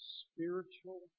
spiritual